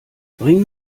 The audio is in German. bring